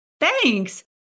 thanks